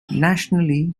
nationally